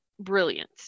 brilliant